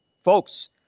folks